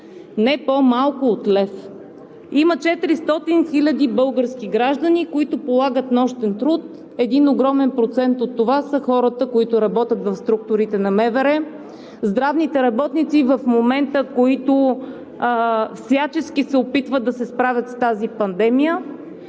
не по-малко от лев. Има 400 хиляди български граждани, които полагат нощен труд. Огромен процент от тях са хората, които работят в структурите на МВР, здравните работници, които в момента всячески се опитват да се справят с тази пандемия,